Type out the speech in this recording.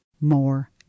More